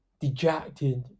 dejected